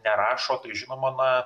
nerašo tai žinoma na